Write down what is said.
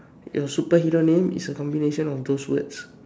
your superhero name is a combination of those words